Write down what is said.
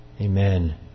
Amen